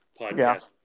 podcast